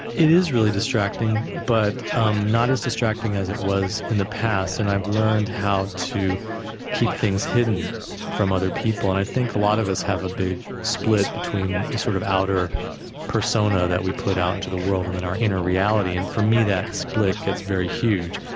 it is really distracting, but um not as distracting as it was in the past, and i've learned how to keep things hidden from other people. and i think a lot of us have a big split between the sort of outer persona that we put out into the world and then our inner reality, and for me that split gets very huge.